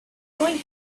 going